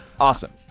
Awesome